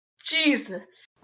jesus